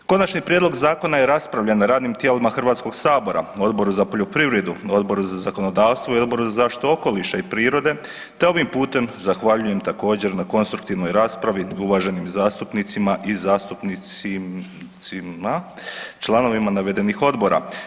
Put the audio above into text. Konačni prijedlog zakona je raspravljen na radnim tijelima HS-a Odboru za poljoprivredu, Odboru za zakonodavstvo i Odboru za zaštitu okoliša i prirode te ovim putem zahvaljujem također na konstruktivnoj raspravi uvaženim zastupnicima i zastupnicama članovima navedenih odbora.